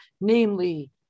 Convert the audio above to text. namely